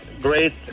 great